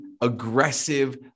aggressive